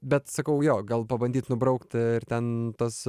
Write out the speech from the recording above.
bet sakau jo gal pabandyt nubraukt ten tas